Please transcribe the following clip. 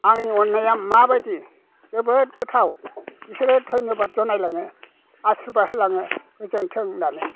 आंनि अननाया माबायदि जोबोद गोथाव बिसोरो थयन'बाद जनायलाङो आसिर्बाद होलाङो गोजोन्थों होननानै